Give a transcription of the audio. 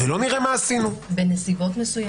ולא "נראה מה עשינו" --- בנסיבות מסוימות מותר.